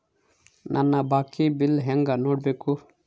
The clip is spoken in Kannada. ನನ್ನ ಬಾಕಿ ಬಿಲ್ ಹೆಂಗ ನೋಡ್ಬೇಕು?